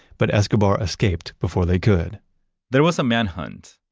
but escobar escaped before they could there was a manhunt,